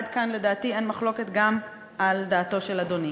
עד כאן, לדעתי, אין מחלוקת, גם על דעתו של אדוני.